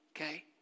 Okay